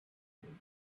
him